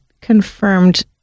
confirmed